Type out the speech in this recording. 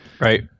Right